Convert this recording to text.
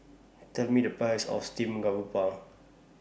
Tell Me The Price of Steamed Garoupa